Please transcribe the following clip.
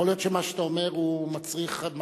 יכול להיות שמה שאתה אמור מצריך עוד מחשבה.